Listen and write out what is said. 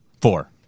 Four